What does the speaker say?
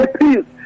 peace